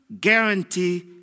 guarantee